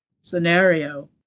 scenario